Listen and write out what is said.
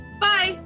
Bye